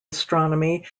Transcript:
astronomy